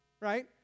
right